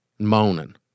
moaning